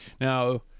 Now